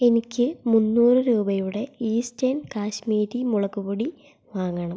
എനിക്ക് മുന്നൂറ് രൂപയുടെ ഈസ്റ്റേൺ കാശ്മീരി മുളകുപൊടി വാങ്ങണം